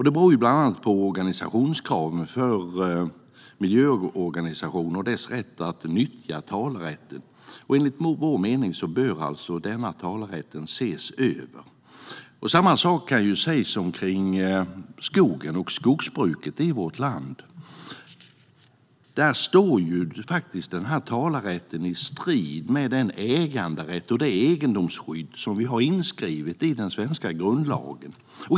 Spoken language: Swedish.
Det beror bland annat på organisationskraven för miljöorganisationer och deras rätt att nyttja talerätten. Enligt vår mening bör denna talerätt ses över. Samma sak kan sägas om skogen och skogsbruket i vårt land. Denna talerätt står faktiskt i strid med den äganderätt och det egendomsskydd som är inskrivna i den svenska grundlagen.